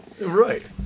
Right